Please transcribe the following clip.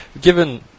Given